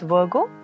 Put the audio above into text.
Virgo